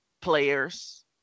players